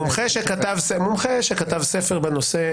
מומחה שכתב ספר בנושא.